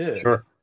sure